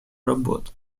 работу